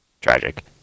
Tragic